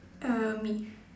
uh me